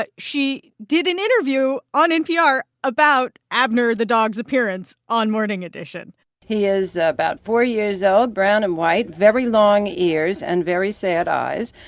but she did an interview on npr about abner the dog's appearance on morning edition he is about four years old, brown and white, very long ears and very sad eyes.